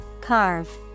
Carve